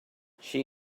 she